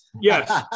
Yes